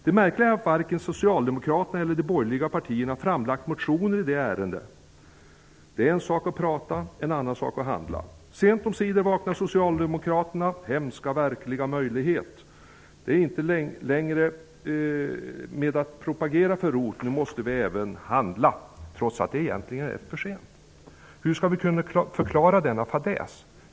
Det märkliga är att varken Socialdemokraterna eller de borgerliga partierna har framlagt motioner i detta ärende. Det är en sak att prata och en annan sak att handla. Sent omsider vaknar Socialdemokraterna. Hemska verklighet -- det räcker inte längre med att propagera för ROT, nu måste de även handla trots att det egentligen är för sent. Hur skall de kunna förklara denna fadäs.